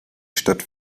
stadt